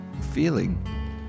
feeling